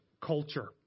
culture